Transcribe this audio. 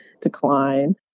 decline